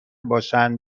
باشن